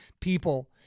people